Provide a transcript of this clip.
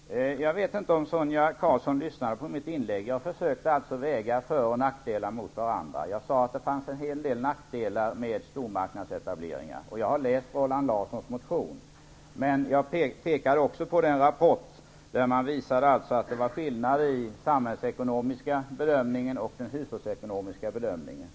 Fru talman! Jag vet inte om Sonia Karlsson lyssnade på mitt inlägg. Jag försökte alltså väga föroch nackdelar mot varandra, och jag sade att det finns en hel del nackdelar med stormarknadsetableringar. Jag har läst Roland Larssons motion, men jag pekade också på den rapport där man visade att det är skillnad mellan den samhällsekonomiska bedömningen och den hushållsekonomiska bedömningen.